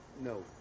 No